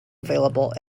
available